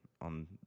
on